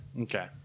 Okay